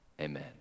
amen